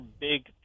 big